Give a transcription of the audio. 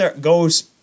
goes